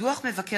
דב חנין